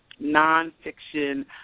non-fiction